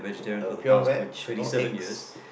a pure veg no eggs